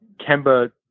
Kemba